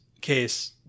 case